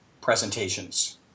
presentations